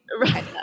Right